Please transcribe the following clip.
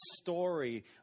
story